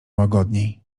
łagodniej